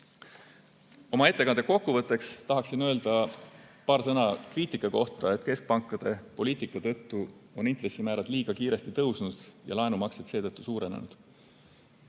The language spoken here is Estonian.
ettekande kokkuvõtteks tahaksin öelda paar sõna kriitika kohta, et keskpankade poliitika tõttu on intressimäärad liiga kiiresti tõusnud ja laenumaksed seetõttu suurenenud.